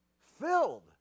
filled